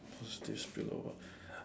put this below